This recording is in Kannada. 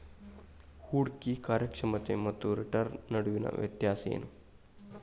ಹೂಡ್ಕಿ ಕಾರ್ಯಕ್ಷಮತೆ ಮತ್ತ ರಿಟರ್ನ್ ನಡುವಿನ್ ವ್ಯತ್ಯಾಸ ಏನು?